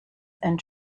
and